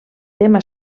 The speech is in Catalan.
tema